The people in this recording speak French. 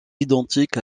identique